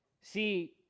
See